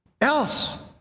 else